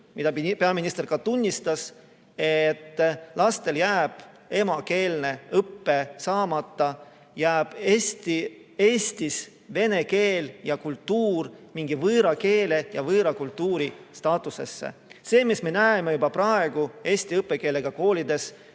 mida peaminister ka tunnistas. Kardetakse, et lastel jääb emakeelne õpe saamata, neil jääb Eestis vene keel ja kultuur mingi võõra keele ja võõra kultuuri staatusesse. See on see, mis me näeme juba praegu eesti õppekeelega koolides,